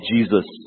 Jesus